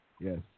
Yes